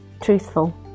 truthful